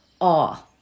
awe